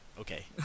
okay